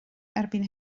erbyn